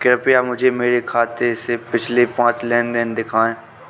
कृपया मुझे मेरे खाते से पिछले पांच लेन देन दिखाएं